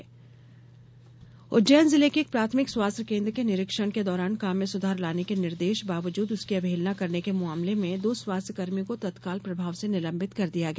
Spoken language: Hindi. निलंबन उज्जैन जिले के एक प्राथमिक स्वास्थ्य केन्द्र के निरीक्षण के दौरान काम में सुधार लाने के निर्देश बावजूद उसकी अवहेलना करने के मामले में दो स्वास्थ्यकर्मी को तत्काल प्रभाव से निलंबित कर दिया गया